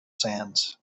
sands